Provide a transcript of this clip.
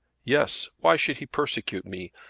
yes. why should he persecute me?